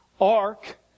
ark